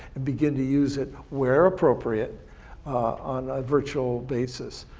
and begin to use it where appropriate on a virtual basis.